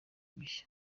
bishya